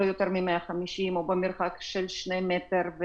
במרחק של שני מטר,